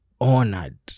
honored